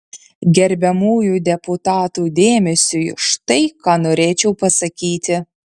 gerbiamųjų deputatų dėmesiui štai ką norėčiau pasakyti